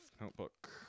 notebook